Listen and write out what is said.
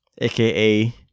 AKA